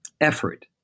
effort